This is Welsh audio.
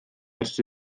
ers